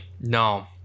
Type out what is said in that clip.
no